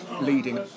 leading